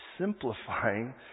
simplifying